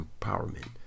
empowerment